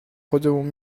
خودمون